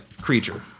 creature